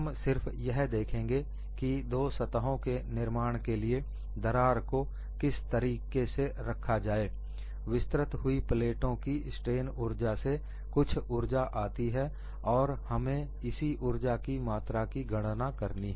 हम सिर्फ यह देखेंगे कि दो सतहों के निर्माण के लिए दरार को किस तरीके से रखा जाए विस्तृत हुई प्लेटों की स्ट्रेन ऊर्जा से कुछ ऊर्जा आती है और हमें इसी ऊर्जा की मात्रा की गणना करनी है